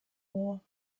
war